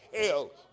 hell